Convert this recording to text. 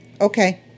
okay